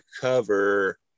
cover